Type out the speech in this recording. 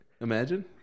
Imagine